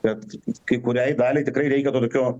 bet kai kuriai daliai tikrai reikia to tokio